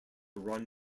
run